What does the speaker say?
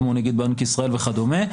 כמו נגיד בנק ישראל וכדומה.